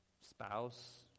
spouse